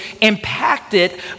impacted